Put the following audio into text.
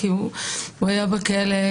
כי הוא היה בכלא,